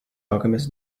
alchemists